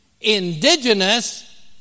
indigenous